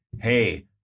hey